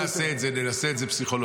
בוא נעשה את זה, ננסה את זה פסיכולוגית.